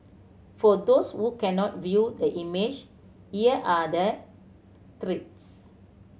for those who can not view the image here are the threats